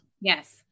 Yes